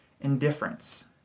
indifference